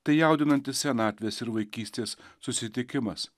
tai jaudinantis senatvės ir vaikystės susitikimas